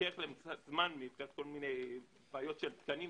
לוקח להם קצת זמן בגלל כל מיני בעיות של תקנים,